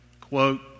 quote